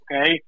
Okay